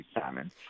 salmon